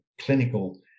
clinical